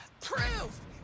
proof